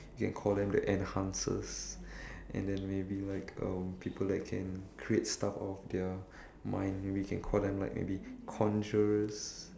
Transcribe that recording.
you can call them the enhancers and then maybe like um people that can create stuff out of their mind maybe you can call them like maybe conjurers